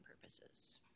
purposes